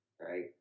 Right